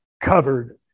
covered